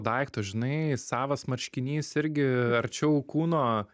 daikto žinai savas marškinys irgi arčiau kūno